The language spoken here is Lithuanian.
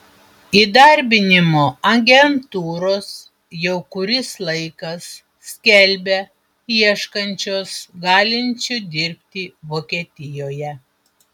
įdarbinimo agentūros jau kuris laikas skelbia ieškančios galinčių dirbti vokietijoje